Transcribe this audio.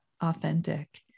authentic